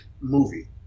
Movie